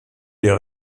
les